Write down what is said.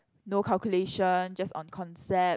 no calculation just on concept